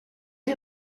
gli